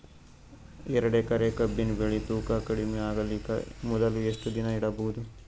ಎರಡೇಕರಿ ಕಬ್ಬಿನ್ ಬೆಳಿ ತೂಕ ಕಡಿಮೆ ಆಗಲಿಕ ಮೊದಲು ಎಷ್ಟ ದಿನ ಇಡಬಹುದು?